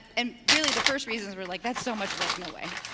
and really, the first reasons were like, that's so much work, no way.